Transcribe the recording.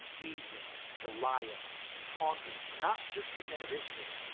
evening. goliath taunting. not just the men of israel.